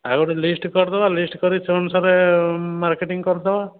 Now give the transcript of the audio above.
ଆଉ ଗୋଟେ ଲିଷ୍ଟ୍ କରିଦେବା ଲିଷ୍ଟ୍ କରିକି ସେ ଅନୁସାରେ ମାର୍କେଟିଂ କରିଦେବା